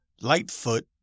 Lightfoot